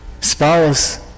spouse